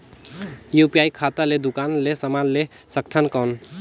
UPI खाता ले दुकान ले समान ले सकथन कौन?